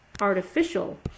artificial